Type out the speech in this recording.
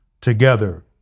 together